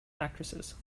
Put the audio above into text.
actresses